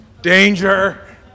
Danger